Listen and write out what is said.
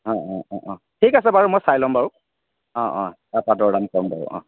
অ অ অ অ ঠিক আছে বাৰু মই চাই ল'ম বাৰু অ অ তাৰপৰা দৰ দাম ক'ম বাৰু অ